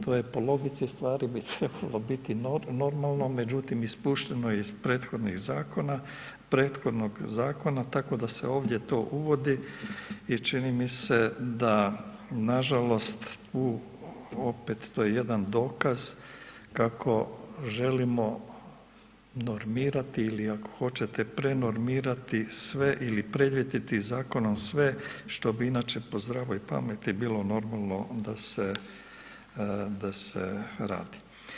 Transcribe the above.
To je po logici stvari bi trebalo biti normalno, međutim ispušeno je prethodnih zakona, prethodnog zakona tako da se ovdje to uvodi i čini mi se da nažalost u opet to je jedan dokaz kako želimo normirati ili ako hoćete prenormirati sve ili predvidjeti zakonom sve što bi inače po zdravoj pameti bilo normalno da se, da se radi.